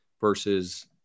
versus